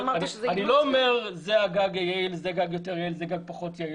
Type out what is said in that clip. --- אני לא אומר שזה גג יעיל וזה גג יותר יעיל וגג פחות יעיל,